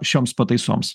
šioms pataisoms